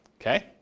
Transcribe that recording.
Okay